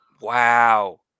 Wow